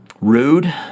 rude